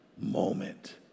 moment